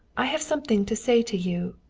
i have something to say to you,